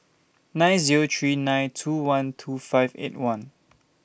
nine Zero three nine two one two five eight one